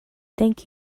thank